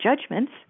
judgments